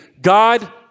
God